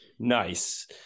nice